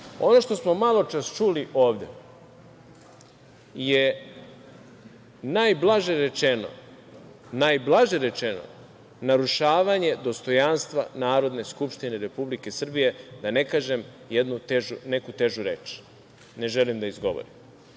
ono što smo maločas čuli ovde je najblaže rečeno narušavanje dostojanstva Narodne skupštine Republike Srbije, da ne kažem neku težu reč. Ne želim da je izgovorim. Kada